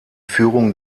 führung